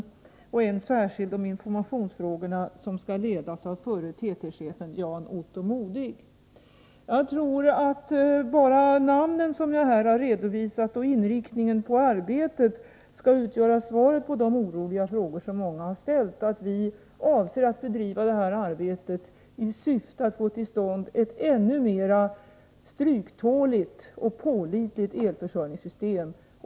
En särskild grupp skall arbeta med informationsfrågorna och skall ledas av förre TT-chefen Jan-Otto Modig. Jag tror att bara namnen som jag här har redovisat och inriktningen på arbetet skall utgöra svar på de oroliga frågor som många har ställt. Vi avser alltså att bedriva detta arbete i syfte att få till stånd ett ännu mera stryktåligt och pålitligt elförsörjningssystem.